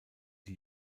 die